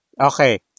Okay